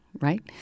right